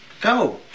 Go